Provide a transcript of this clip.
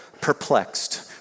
Perplexed